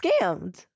scammed